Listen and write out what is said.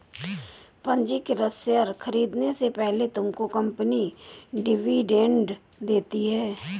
पंजीकृत शेयर खरीदने से पहले तुमको कंपनी डिविडेंड देती है